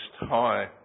High